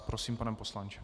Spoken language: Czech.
Prosím, pane poslanče.